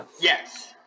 Yes